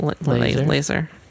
laser